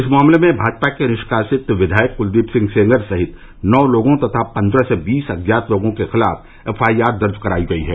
इस मामले में भाजपा के निष्कासित विवायक कुलदीप सिंह सेंगर सहित नौ लोगों तथा पन्द्रह से बीस अज्ञात लोगों के खिलाफ एफआईआर दर्ज कराई गई है